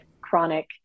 chronic